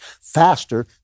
faster